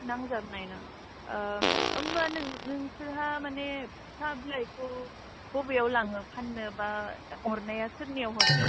नांजाबनायानो होनब्ला नोंसोरहा माने साहा बिलाइखौ बबेयाव लाङो फाननो बा हरनाया सोरनियाव हरो